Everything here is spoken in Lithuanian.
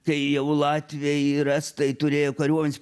kai jau latviai ir estai turėjo kariuomenes